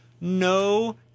No